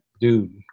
Dude